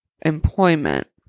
employment